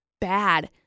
bad